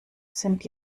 sind